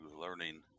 learning